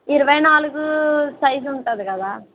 ఇరవై నాలుగు సైజు ఉంటుంది కదా